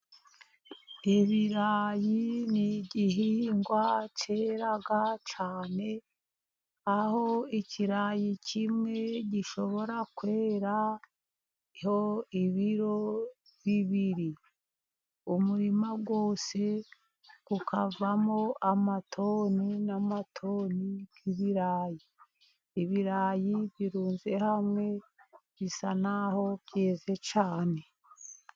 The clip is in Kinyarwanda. Ibirayi n'igihingwa cyera cyane, aho ikirayi kimwe gishobora kweraho ibiro bibiri, umurima wose ukavamo amatoni na matoni y'ibirayi, ibirayi birunze hamwe bisa naho byeze cyane.